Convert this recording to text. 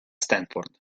stanford